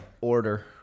Order